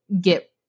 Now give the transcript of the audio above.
get